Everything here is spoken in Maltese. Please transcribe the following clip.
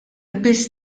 biss